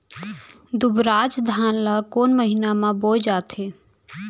दुबराज धान ला कोन महीना में बोये जाथे?